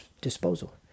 disposal